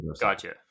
gotcha